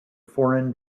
foreign